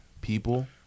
people